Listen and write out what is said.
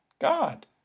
God